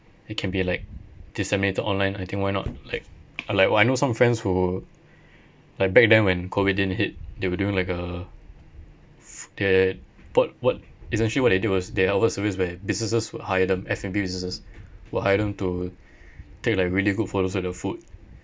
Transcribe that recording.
it can be like disseminated online I think why not like like w~ I know some friends who like back then when COVID didn't hit they were doing like a f~ they what what is actually what they do was they offer service where businesses would hire them F_N_B businesses would hire them to take like really good photos of the food